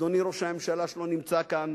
אדוני ראש הממשלה שלא נמצא כאן,